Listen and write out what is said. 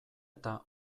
eta